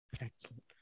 Excellent